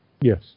Yes